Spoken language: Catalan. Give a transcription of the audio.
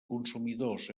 consumidors